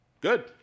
Good